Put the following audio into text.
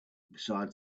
besides